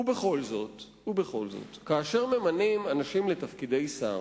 ובכל זאת, ובכל זאת, כאשר ממנים אנשים לתפקידי שר,